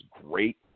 great